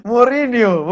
Mourinho